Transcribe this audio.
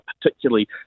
particularly